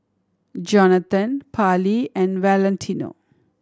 Johnathon Parlee and Valentino